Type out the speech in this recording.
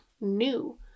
new